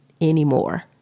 anymore